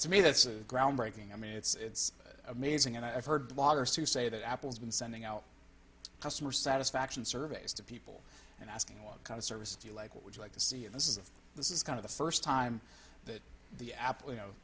to me that's a groundbreaking i mean it's amazing and i've heard the bloggers to say that apple's been sending out customer satisfaction surveys to people and asking what kind of service do you like what would you like to see and this is of this is kind of the first time that the apple you know